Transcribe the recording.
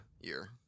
year